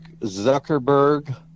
Zuckerberg